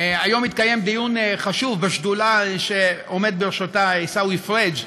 היום התקיים דיון חשוב בשדולה שעומד בראשה עיסאווי פריג',